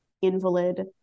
invalid